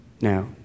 Now